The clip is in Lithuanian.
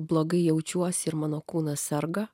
blogai jaučiuosi ir mano kūnas serga